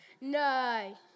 No